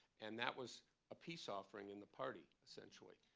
and that was a peace offering in the party, essentially.